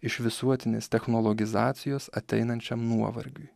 iš visuotinės technologizacijos ateinančiam nuovargiui